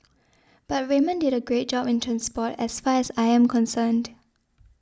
but Raymond did a great job in transport as far as I am concerned